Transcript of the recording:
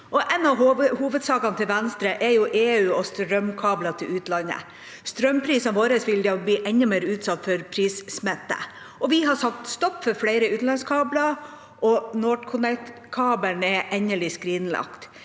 En av hovedsakene til Venstre er EU og strømkabler til utlandet. Strømprisene våre vil da bli enda mer utsatt for prissmitte. Vi har sagt stopp for flere utenlandskabler, og NorthConnect-kabelen er endelig skrinlagt.